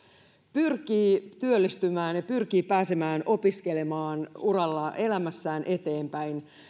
pyrkii työllistymään ja pyrkii pääsemään opiskelemaan urallaan ja elämässään eteenpäin